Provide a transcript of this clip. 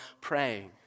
praying